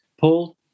Paul